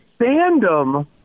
fandom